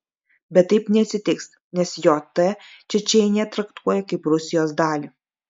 bet taip neatsitiks nes jt čečėniją traktuoja kaip rusijos dalį